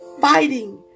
Fighting